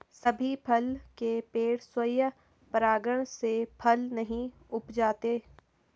सभी फल के पेड़ स्वयं परागण से फल नहीं उपजाते